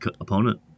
opponent